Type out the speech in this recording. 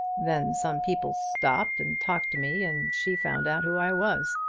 then some people stopped and talked to me, and she found out who i was.